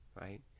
right